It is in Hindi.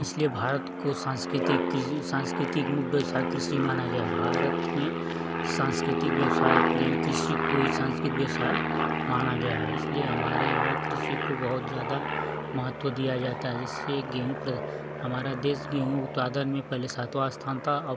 इसलिए भारत को सांस्कृतिक सांस्कृतिक मुख्य व्यवसाय कृषि माना गया भारत में सांस्कृतिक व्यवसाय यानि कृषि को ही सांस्कृतिक व्यवसाय माना गया है इसलिए हमारे यहाँ कृषि को बहुत ज़्यादा महत्व दिया जाता है जैसे गेहूँ हमारा देश गेहूँ उत्पादन में पहले सातवाँ स्थान था अब